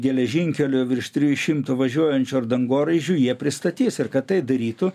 geležinkelių virš trijų šimtų važiuojančių ar dangoraižių jie pristatys ir kad tai darytų